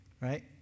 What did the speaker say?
right